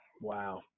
wow